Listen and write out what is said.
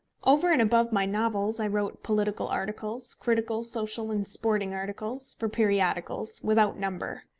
over and above my novels, i wrote political articles, critical, social, and sporting articles, for periodicals, without number.